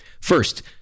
First